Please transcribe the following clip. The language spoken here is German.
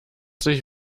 sich